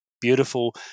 beautiful